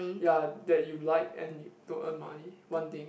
ya that you like and you don't earn money one thing